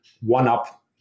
one-up